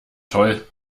toll